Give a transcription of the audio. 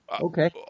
Okay